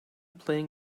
playing